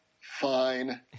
Fine